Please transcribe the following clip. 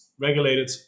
regulated